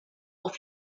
auf